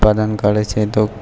ઉત્પાદન કરે છે તો